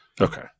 Okay